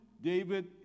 David